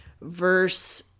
Verse